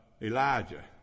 Elijah